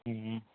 ହୁଁ